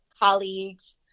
colleagues